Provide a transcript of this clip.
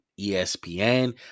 ESPN